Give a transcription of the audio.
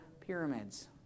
pyramids